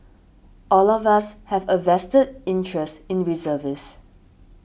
all of us have a vested interest in reservist